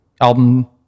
album